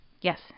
Yes